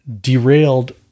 derailed